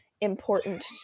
important